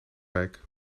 wijk